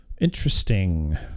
interesting